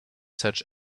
search